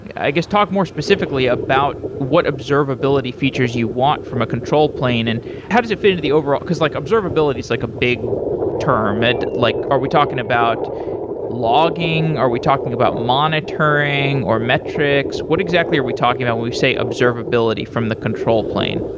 i guess talk more specifically about what observability features you want from a control plane and how does it fit into the overall because like observability is like a big term. and like are we talking about logging? are we talking about monitoring or metrics? what exactly are we talking about when we say observability from the control plane?